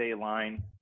line